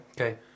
Okay